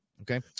Okay